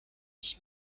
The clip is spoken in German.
dich